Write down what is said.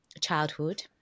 childhood